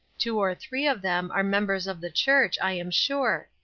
two or three of them are members of the church, i am sure.